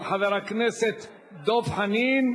של חבר הכנסת דב חנין.